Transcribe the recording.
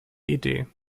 idee